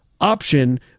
option